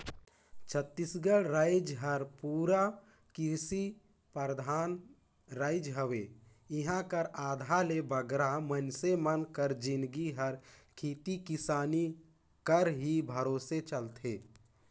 छत्तीसगढ़ राएज हर पूरा किरसी परधान राएज हवे इहां कर आधा ले बगरा मइनसे मन कर जिनगी हर खेती किसानी कर ही भरोसे चलथे